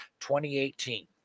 2018